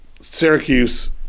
Syracuse